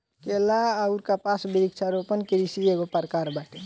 केला अउर कपास वृक्षारोपण कृषि एगो प्रकार बाटे